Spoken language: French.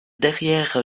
derrière